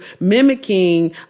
mimicking